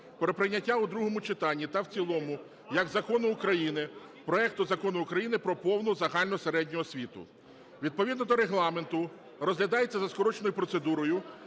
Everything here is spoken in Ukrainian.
про прийняття у другому читанні та в цілому як закону України проекту Закону України "Про повну загальну середню освіту". Відповідно до Регламенту розглядається за скороченою процедурою